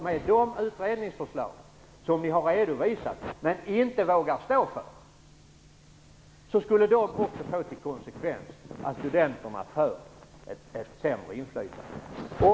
Med de utredningsförslag som ni har redovisat, men inte vågar stå för, skulle konsekvenserna bli att studenterna får ett sämre inflytande.